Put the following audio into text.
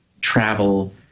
travel